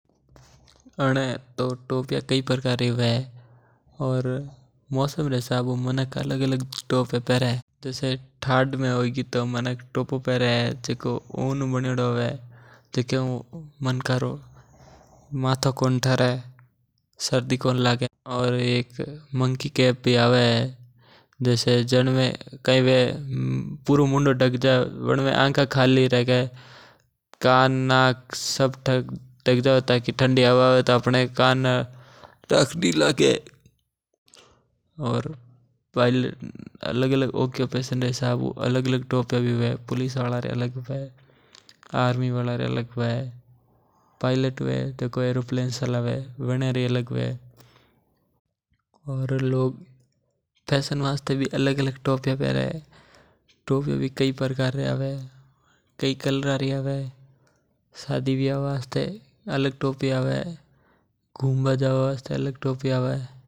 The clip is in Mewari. अने तो टोपीयाँ कई प्रकार री हवे और मौसम रा हिसाब हू माणक अलग-अलग टोपीयाँ पेरे। जैसे ठंड में माणक टोपी पेरे जिको उन हू बन्योड़ो हवे बनायो हु माणका रो माथो कोई थारे। और अलग-अलग पेशा हिसाब हू भी पेरे जैसे पुलिस वाला री अलग हवे आर्मी आला तो अलग हवे पायलट तो अलग हवे। और लोग फैशन हारू भी अलग-अलग टोपीयाँ पेरे ऐ कई तरह री हवे कई कलर तो हवे।